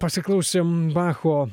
pasiklausysim bacho